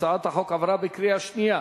הצעת החוק עברה בקריאה שנייה.